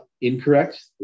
incorrect